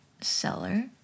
seller